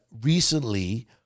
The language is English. recently